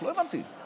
לא הבנתי.